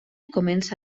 comença